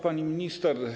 Pani Minister!